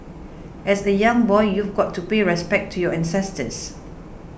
as a young boy you've got to pay respects to your ancestors